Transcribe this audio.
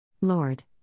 Lord